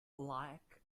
lack